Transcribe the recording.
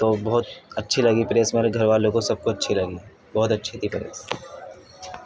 تو بہت اچھی لگی پریس میرے گھر والوں کو سب کو اچھی لگی بہت اچھی تھی پریس